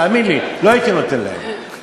תאמין לי, לא הייתי נותן להם.